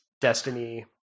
Destiny